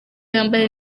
yambaye